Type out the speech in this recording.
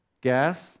gas